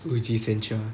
woody sanction